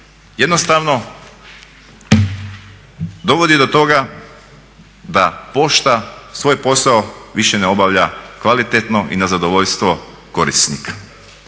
jednostavno dovodi do toga da pošta svoj posao više ne obavlja kvalitetno i na zadovoljstvo korisnika.